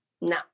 No